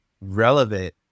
relevant